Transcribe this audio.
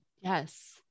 yes